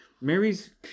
Mary's